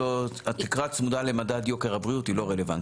התקרה צמודה למדד יוקר הבריאות, היא לא רלוונטית.